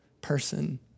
person